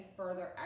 further